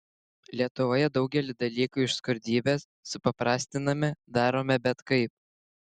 lietuvoje daugelį dalykų iš skurdybės supaprastiname darome bet kaip